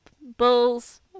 bulls